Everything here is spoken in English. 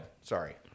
Sorry